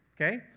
okay